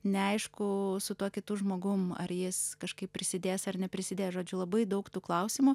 neaišku su tuo kitu žmogum ar jis kažkaip prisidės ar neprisidės žodžiu labai daug tų klausimų